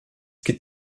geht